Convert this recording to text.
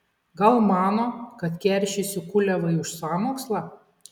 gal mano kad keršysiu kuliavui už sąmokslą